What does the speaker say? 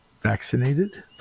vaccinated